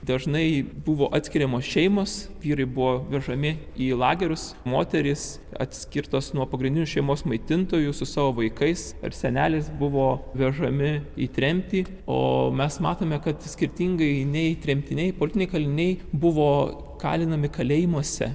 dažnai buvo atskiriamos šeimos vyrai buvo vežami į lagerius moterys atskirtos nuo pagrindinių šeimos maitintojų su savo vaikais ir seneliais buvo vežami į tremtį o mes matome kad skirtingai nei tremtiniai politiniai kaliniai buvo kalinami kalėjimuose